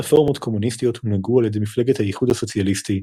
מספר רפורמות קומוניסטיות הונהגו על ידי מפלגת האיחוד הסוציאליסטי,